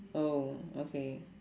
oh okay